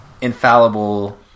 infallible